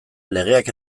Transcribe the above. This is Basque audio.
legeak